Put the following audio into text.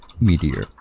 meteor